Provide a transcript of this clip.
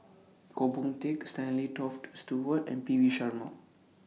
Goh Boon Teck Stanley Toft Stewart and P V Sharma